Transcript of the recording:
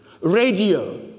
radio